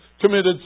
committed